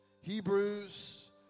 Hebrews